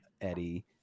Eddie